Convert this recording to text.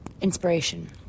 inspiration